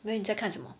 then 你在看什么